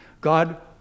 God